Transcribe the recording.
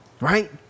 right